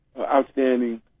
outstanding